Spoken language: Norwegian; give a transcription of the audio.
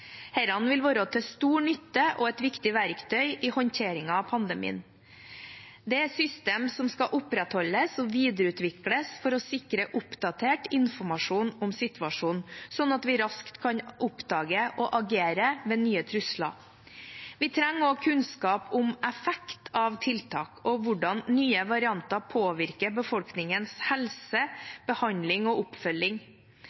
vil være til stor nytte og er viktige verktøy i håndteringen av pandemien. Dette er systemer som skal opprettholdes og videreutvikles for å sikre oppdatert informasjon om situasjonen, sånn at vi raskt kan oppdage og agere ved nye trusler. Vi trenger også kunnskap om effekt av tiltak og hvordan nye varianter påvirker befolkningens